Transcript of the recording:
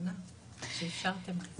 תודה רבה שאפשרתם לי לדבר.